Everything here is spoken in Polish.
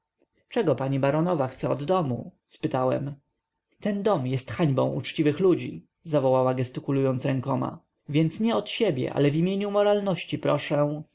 czego pani baronowa chce od domu spytałem ten dom jest hańbą uczciwych ludzi zawołała gestykulując rękoma więc nie od siebie ale w imieniu moralności proszę